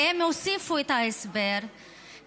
והם הוסיפו את ההסבר,